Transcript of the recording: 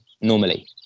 normally